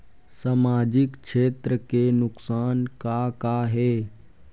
सामाजिक क्षेत्र के नुकसान का का हे?